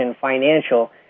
financial